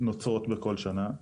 נוצרות בכל שנה,